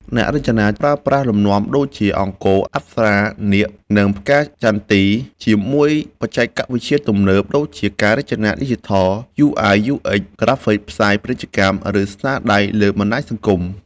អ្នករចនាប្រើប្រាស់លំនាំដូចជា អង្គរ អប្សរា នាគ និងផ្កាចន្ទី ជាមួយបច្ចេកវិទ្យាទំនើប ដូចជា ការរចនាឌីជីថល UI UX ក្រាហ្វិកផ្សាយពាណិជ្ជកម្ម ឬស្នាដៃលើបណ្តាញសង្គម។